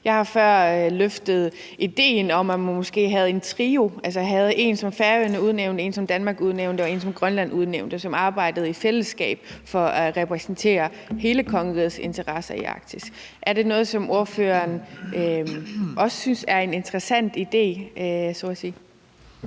Jeg har før løftet idéen om, at man måske havde en trio – altså havde en, som Færøerne udnævnte, en, som Danmark udnævnte, og en, som Grønland udnævnte – som arbejdede i fællesskab for at repræsentere hele kongerigets interesser i Arktis. Er det noget, som ordføreren også synes er en interessant idé så at sige?